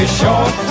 short